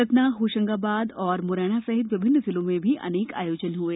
सतनाहोशंगाबाद और म्रैना सहित विभिन्न जिलों में भी अनेक आयोजन हए